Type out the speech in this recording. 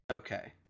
Okay